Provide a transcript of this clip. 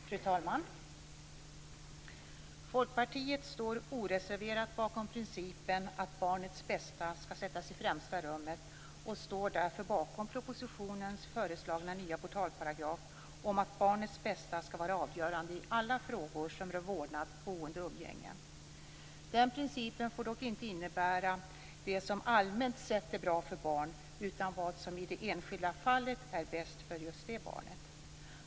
Fru talman! Folkpartiet står oreserverat bakom principen att barnets bästa skall sättas i främsta rummet och står därför bakom propositionens föreslagna nya portalparagraf om att barnets bästa skall vara avgörande i alla frågor som rör vårdnad, boende och umgänge. Den principen får dock inte innebära det som allmänt sätt är bra för barn utan vad som i det enskilda fallet är bäst för just det barnet.